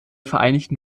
vereinigten